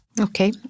Okay